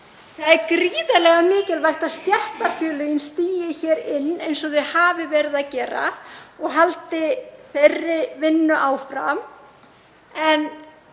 Það er gríðarlega mikilvægt að stéttarfélögin stigi hér inn eins og þau hafa verið að gera og haldi þeirri vinnu áfram.